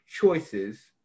choices